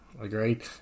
Agreed